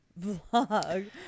vlog